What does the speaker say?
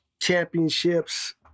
championships